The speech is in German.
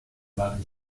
waren